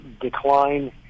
decline